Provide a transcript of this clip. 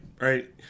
Right